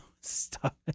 stop